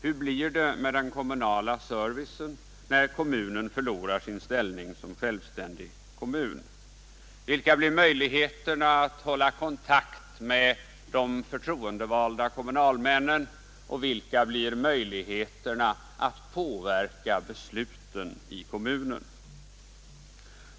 Hur blir det med den kommunala servicen när kommunen förlorar sin ställning som självständig kommun? Vilka blir möjligheterna att hålla kontakt med de förtroendevalda kommunalmännen, och vilka blir möjligheterna att påverka besluten i kommunen?